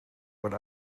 what